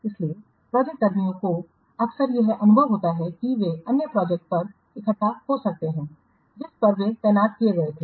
इसलिए प्रोजेक्ट कर्मियों को अक्सर यह अनुभव होता है कि वे अन्य प्रोजेक्ट पर इकट्ठा हो सकते हैं जिन पर वे तैनात किए गए थे